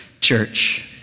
church